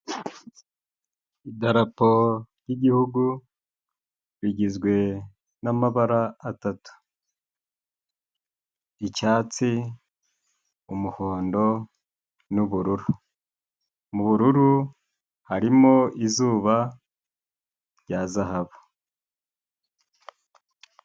Idarapo ry'Igihugu rigizwe n'amabara atatu: icyatsi, umuhondo n'ubururu. Mu bururu harimo izuba rya zahabu.